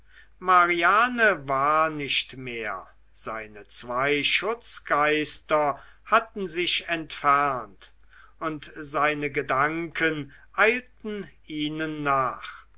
mariane war nicht mehr seine zwei schutzgeister hatten sich entfernt und seine gedanken eilten ihnen nach